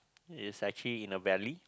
it's actually in a valley